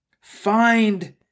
Find